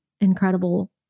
incredible